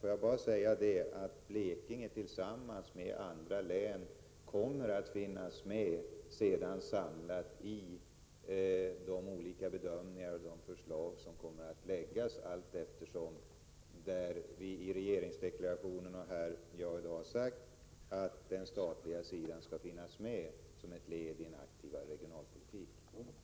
Får jag bara säga att Blekinge tillsammans med andra län kommer att finnas med i de olika bedömningar och förslag som skall läggas fram allteftersom. Vi har i regeringsdeklarationen och jag har i dag sagt att den statliga sidan skall finnas med som i ett led i en mera aktiv regionalpolitik.